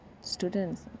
students